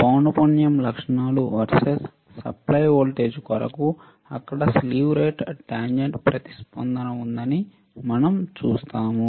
పౌనపుణ్యం లక్షణాలు versus supply voltage కొరకు అక్కడ స్లీవ్ రేటు టాంజెంట్ ప్రతిస్పందన ఉందని మనం చూస్తాము